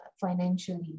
financially